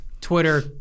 Twitter